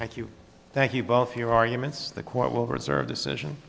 thank you thank you both for your arguments the court will reserve decision